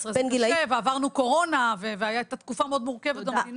אבל זה גם 2017. עברנו קורונה והייתה תקופה מאוד מורכבת במדינה.